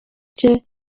cye